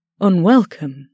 unwelcome